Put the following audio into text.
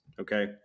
Okay